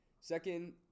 Second